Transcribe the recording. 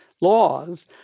laws